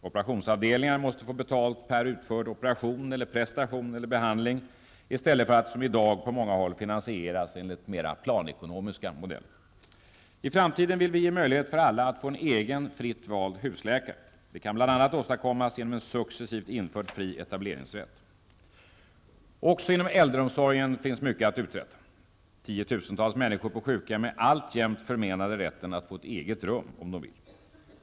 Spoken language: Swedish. Operationsavdelningar måste få betalt per utförd operation, prestation eller behandling, i stället för som i dag på många håll finansieras enligt mera planekonomiska modeller. I framtiden vill vi ge möjlighet för alla att få en egen fritt vald husläkare. Det kan bl.a. åstadkommas genom en successivt införd fri etableringsrätt. Också inom äldreomsorgen finns mycket att uträtta. Tiotusentals människor på sjukhem är alltjämt förmenade rätten att få ett eget rum om de vill.